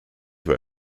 were